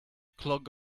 clog